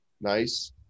Nice